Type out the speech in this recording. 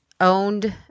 owned